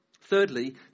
Thirdly